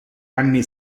anni